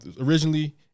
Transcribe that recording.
originally